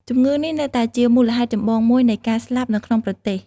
ជំងឺនេះ នៅតែជាមូលហេតុចម្បងមួយនៃការស្លាប់នៅក្នុងប្រទេស។